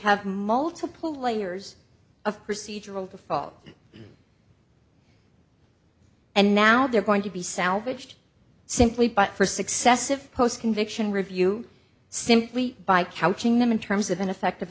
have multiple layers of procedural default and now they're going to be salvaged simply by for successive post conviction review simply by couching them in terms of ineffect